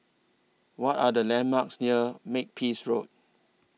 What Are The landmarks near Makepeace Road